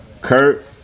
Kurt